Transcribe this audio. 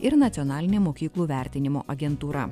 ir nacionalinė mokyklų vertinimo agentūra